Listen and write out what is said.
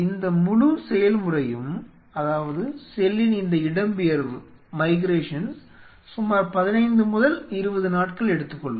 இந்த முழு செயல்முறையும் அதாவது செல்லின் இந்த இடம்பெயர்வு சுமார் 15 முதல் 20 நாட்கள் எடுத்துக்கொள்ளும்